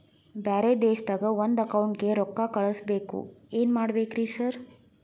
ಬ್ಯಾರೆ ದೇಶದಾಗ ಒಂದ್ ಅಕೌಂಟ್ ಗೆ ರೊಕ್ಕಾ ಕಳ್ಸ್ ಬೇಕು ಏನ್ ಮಾಡ್ಬೇಕ್ರಿ ಸರ್?